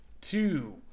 two